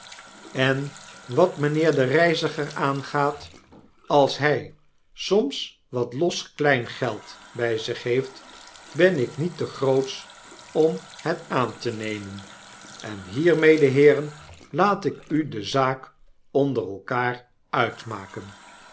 en wat mynheer den reiziger aangaat als hy soms wat los kleingeld bij zich heeft ben ik niet te grootsch om het aan te nemen en hiermede heeren laat ik u de zaak onder elkaar uitmaken